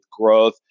growth